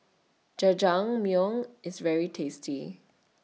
Jajangmyeon IS very tasty